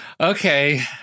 Okay